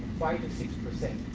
five or six percent?